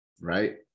right